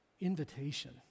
invitation